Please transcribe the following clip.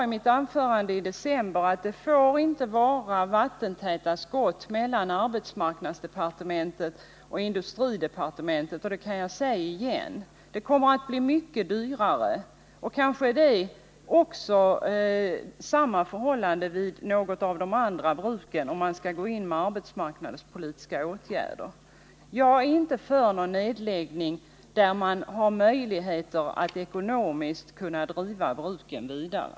I mitt anförande i december sade jag att det inte får vara vattentäta skott mellan arbetsmarknadsdepartementet och industridepartementet, och det kan jag upprepa i dag. Att gå in med arbetsmarknadspolitiska åtgärder kommer att bli mycket dyrare, och det kan bli fallet även för andra bruk än Fridafors. Jag är alltså inte för någon nedläggning i de fall där man har möjlighet att ekonomiskt driva bruken vidare.